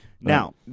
now